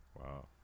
Wow